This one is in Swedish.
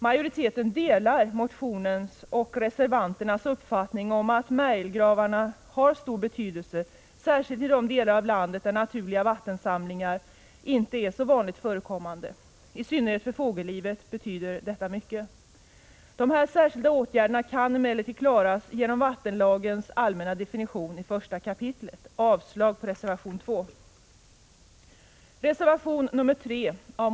Majoriteten delar motionärernas och reservanternas uppfattning om att märgelgravarna har stor betydelse, särskilt i de delar av landet där naturliga vattensamlingar inte är så vanligt förekommande. I synnerhet för fågellivet betyder de mycket. Dessa särskilda åtgärder kan emellertid klaras genom vattenlagens allmänna definition i första kapitlet. Jag yrkar avslag på reservation 2.